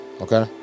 Okay